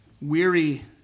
weary